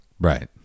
Right